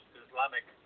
islamic